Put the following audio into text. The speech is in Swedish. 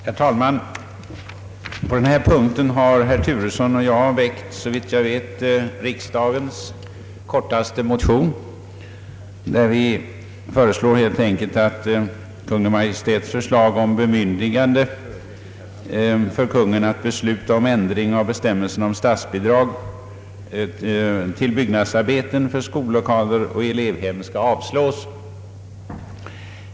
Herr talman! På denna punkt har herr Turesson och jag väckt riksdagens såvitt jag vet kortaste motion, där vi helt enkelt föreslår att Kungl. Maj:ts begäran om bemyndigande att besluta ändring av bestämmelserna om statsbidrag till byggnadsarbeten för skollokaler och elevhem skall avslås.